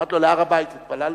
אמרתי לו: להר-הבית התפללנו?